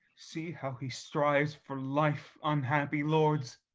see how he strives for life, unhappy lords,